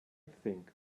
think